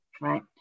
Right